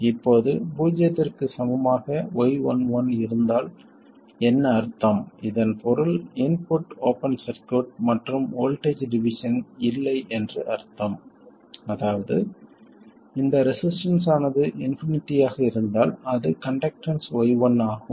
இப்போது பூஜ்ஜியத்திற்கு சமமாக y11 இருந்தால் என்ன அர்த்தம் இதன் பொருள் இன்புட் ஓபன் சர்க்யூட் மற்றும் வோல்ட்டேஜ் டிவிஷன் இல்லை என்று அர்த்தம் அதாவது இந்த ரெசிஸ்டன்ஸ் ஆனது இன்பினிட்டி ஆக இருந்தால் அது கண்டக்டன்ஸ் y11 ஆகும்